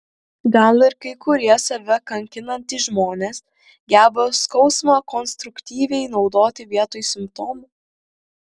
gal ir kai kurie save kankinantys žmonės geba skausmą konstruktyviai naudoti vietoj simptomų